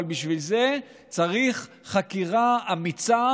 אבל בשביל זה צריך חקירה אמיצה